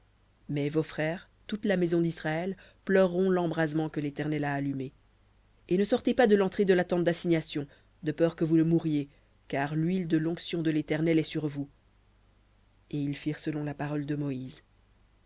mais vos frères toute la maison d'israël pleureront l'embrasement que l'éternel a allumé et ne sortez pas de l'entrée de la tente d'assignation de peur que vous ne mouriez car l'huile de l'onction de l'éternel est sur vous et ils firent selon la parole de moïse